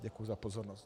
Děkuji za pozornost.